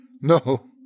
No